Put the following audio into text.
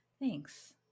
Thanks